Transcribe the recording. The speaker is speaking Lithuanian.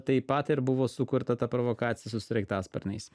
taip pat ir buvo sukurta ta provokacija su sraigtasparniais